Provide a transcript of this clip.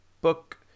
book